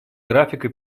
графика